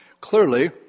Clearly